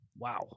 Wow